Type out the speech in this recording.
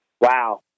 Wow